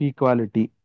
Equality